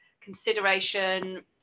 consideration